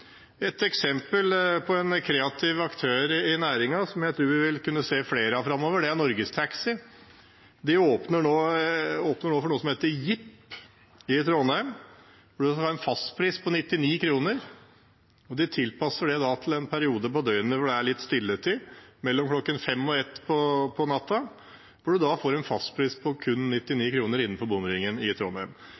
eksempel på en kreativ aktør i næringen, noe jeg tror vi vil kunne se flere av framover, er Norgestaxi. I Trondheim åpner de nå noe som heter Jip, med en fastpris på 99 kr. De tilpasser det da til en periode på døgnet når det er litt stilletid – mellom kl. 17.00 og kl. 01.00 – hvor man får en fastpris på kun 99 kr innenfor bomringen i Trondheim.